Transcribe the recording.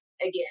again